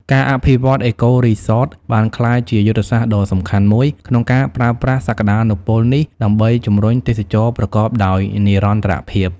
ការអភិវឌ្ឍន៍ អេកូរីសត បានក្លាយជាយុទ្ធសាស្ត្រដ៏សំខាន់មួយក្នុងការប្រើប្រាស់សក្ដានុពលនេះដើម្បីជំរុញទេសចរណ៍ប្រកបដោយនិរន្តរភាព។